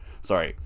sorry